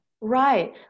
Right